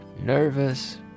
nervous